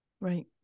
right